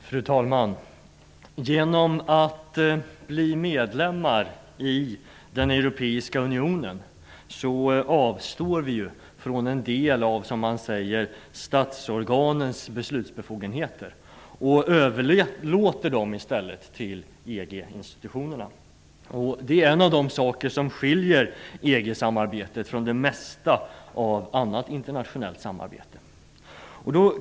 Fru talman! Genom att bli medlemmar i den europeiska unionen avstår vi som man säger från en del av statsorganens beslutsbefogenheter och överlåter dem istället till EG-institutionerna. Det är en av de saker som skiljer EG-samarbetet från det mesta av annat internationellt samarbete.